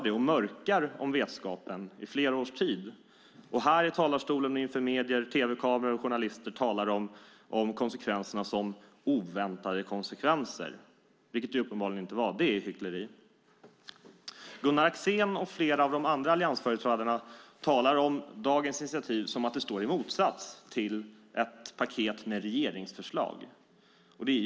Under flera år mörkar man att man har den vetskapen, och i riksdagens talarstol samt inför journalister och tv-kameror talar man om konsekvenserna som "oväntade", vilket de uppenbarligen inte var. Det är hyckleri. Gunnar Axén och flera andra alliansföreträdare talar om dagens initiativ som om det står i motsats till ett paket med regeringsförslag. Det är helt fel.